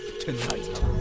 tonight